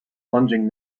plunging